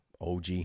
OG